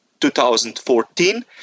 2014